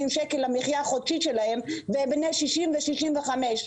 למחיה החודשית שלהם והם בני 60 ו-65.